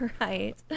Right